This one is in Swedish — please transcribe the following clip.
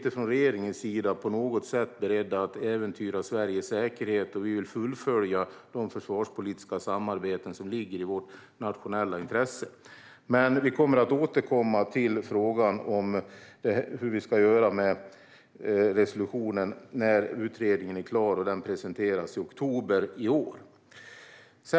Regeringen är inte på något sätt beredd att äventyra Sveriges säkerhet, och vi vill fullfölja de försvarspolitiska samarbeten som ligger i vårt nationella intresse. Vi återkommer till frågan hur vi ska göra med resolutionen när utredningen är klar, och den presenteras i oktober i år.